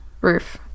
roof